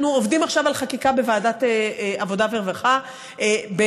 אנחנו עובדים עכשיו בוועדת העבודה והרווחה על